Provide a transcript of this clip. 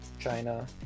china